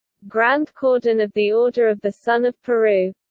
grand cordon of the order of the sun of peru